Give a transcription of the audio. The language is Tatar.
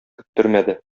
көттермәде